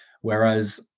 whereas